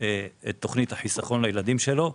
את תכנית החיסכון לילדים שלו,